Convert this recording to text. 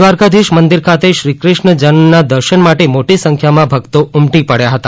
ધ્વારકાધીશ મંદીર ખાતે શ્રીકૃષ્ણ જન્મના દર્શન માટે મોટી સંખ્યામાં ભકતો ઉમીટી પડયા હતા